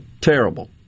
terrible